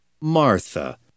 Martha